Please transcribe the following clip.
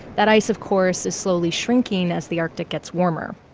that ice, of course, is slowly shrinking as the arctic gets warmer.